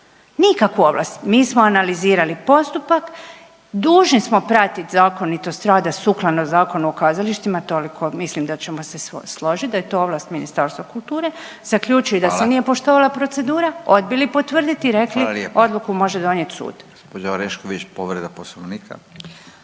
nikakvu ovlast. Mi smo analizirali postupak, dužni smo pratiti zakonitost rada sukladno Zakonu o kazalištima toliko mislim da ćemo se složit da je to ovlast Ministarstva kulture, zaključili da se …/Upadica: Hvala./… nije poštovala procedura, odbili potvrditi i rekli …/Upadica: Hvala lijepa./… odluku može donijeti